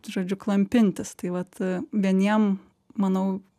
žodžiu klampintis tai vat vieniem manau